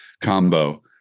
combo